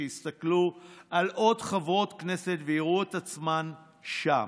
שיסתכלו על עוד חברות כנסת ויראו את עצמן שם.